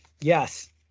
Yes